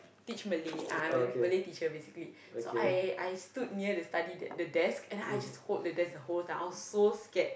teach Malay uh I'm a Malay teacher basically so I I stood near the study the desk and then I just hold the desk the whole time I was so scared